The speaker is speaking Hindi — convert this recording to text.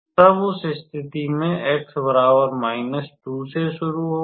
तो तब उस स्थिति में x 2 से शुरू होगा